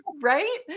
Right